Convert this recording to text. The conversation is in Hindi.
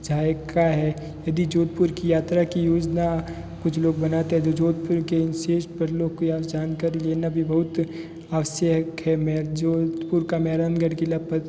चाय का है यदि जोधपुर की यात्रा की योजना कुछ लोग बनाते है जो जोधपुर के इन श्रेष्ठ परलों को जानकारी लेना भी बहुत आवश्यक है मैं जोधपुर का मेहरांगढ़ क़िला